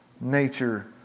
nature